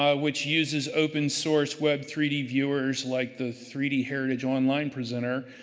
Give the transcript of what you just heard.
ah which uses open source web three d viewers like the three d heritage online presenter.